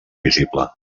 visible